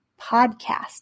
podcast